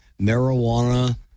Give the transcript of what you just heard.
marijuana